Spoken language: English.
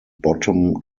bottom